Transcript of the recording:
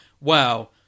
Wow